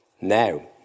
Now